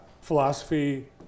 philosophy